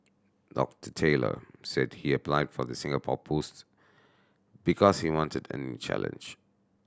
Doctor Taylor said he applied for the Singapore post because he wanted a new challenge